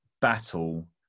battle